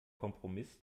kompromiss